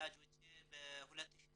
יש קשר